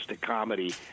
comedy